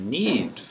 need